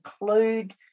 include